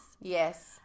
Yes